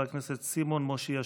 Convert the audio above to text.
חבר הכנסת סימון מושיאשוילי.